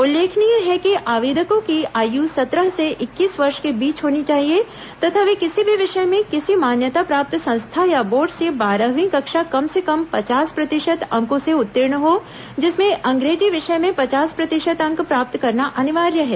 उल्लेखनीय है कि आवेदकों की आयु सत्रह से इक्कीस वर्ष के बीच होनी चाहिए तथा वे किसी भी विषय में किसी मान्यता प्राप्त संस्था या बोर्ड से बारहवीं कक्षा कम से कम पचास प्रतिशत अंकों से उत्तीर्ण हो जिसमें अंग्रेजी विषय में पचास प्रतिशत अंक प्राप्त करना अनिवार्य है